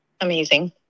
Amazing